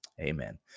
Amen